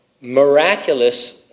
miraculous